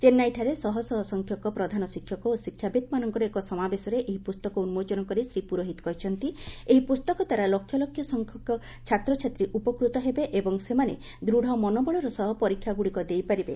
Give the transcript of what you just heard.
ଚେନ୍ନାଇଠାରେ ଶହଶହ ସଂଖ୍ୟକ ପ୍ରଧାନ ଶିକ୍ଷକ ଓ ଶିକ୍ଷାବିତ୍ମାନଙ୍କର ଏକ ସମାବେଶରେ ଏହି ପୁସ୍ତକ ଉନ୍ମୋଚନ କରି ଶ୍ରୀ ପୁରୋହିତ କହିଛନ୍ତି ଏହି ପୁସ୍ତକ ଦ୍ୱାରା ଲକ୍ଷ ଲକ୍ଷ ସଂଖ୍ୟକ ଛାତ୍ରଛାତ୍ରୀ ଉପକୃତ ହେବେ ଏବଂ ସେମାନେ ଦୃଢ଼ ମନୋବଳର ସହ ପରିକ୍ଷାଗୁଡ଼ିକ ଦେଇପାରିବେ